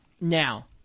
now